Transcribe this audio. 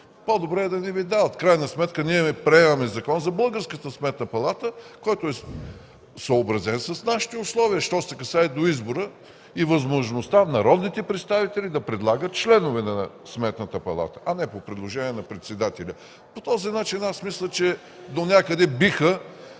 по-добре да не се дават. В крайна сметка ние приемаме Закон за българската Сметна палата, съобразен с нашите условия – що се касае до избора и възможността народните представители да предлагат членове на Сметната палата, а не по предложение на председателя. Мисля, че по този начин донякъде биха